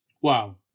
Wow